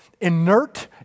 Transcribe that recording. inert